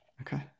Okay